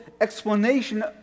explanation